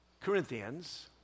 Corinthians